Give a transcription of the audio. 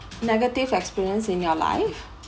negative experience in your life